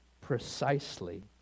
precisely